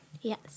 Yes